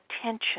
attention